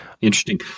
Interesting